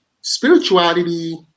spirituality